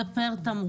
זה פר תמרוק.